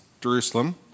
Jerusalem